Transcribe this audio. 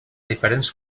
diferents